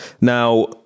now